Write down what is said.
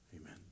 Amen